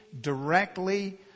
directly